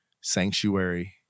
sanctuary